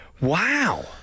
Wow